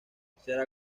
será